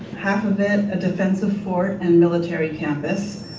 half of it a defensive fort and military campus,